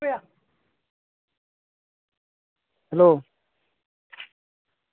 hello